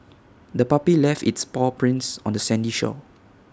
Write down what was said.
the puppy left its paw prints on the sandy shore